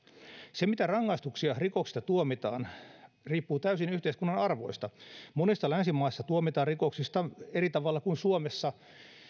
se mitä rangaistuksia rikoksista tuomitaan riippuu täysin yhteiskunnan arvoista monessa länsimaassa tuomitaan rikoksista eri tavalla kuin suomessa